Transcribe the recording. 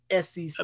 SEC